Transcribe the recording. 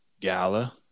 Gala